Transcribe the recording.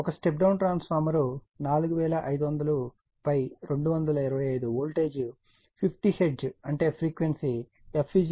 ఒక step down transformer 4500225 voltage 50 hertz అంటే frequency f 50 hertz